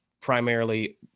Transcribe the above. primarily